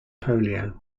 polio